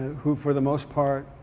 who, for the most part,